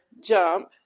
jump